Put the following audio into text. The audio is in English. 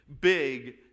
big